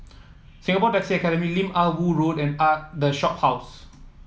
Singapore Taxi Academy Lim Ah Woo Road and a The Shophouse